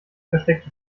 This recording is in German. versteckte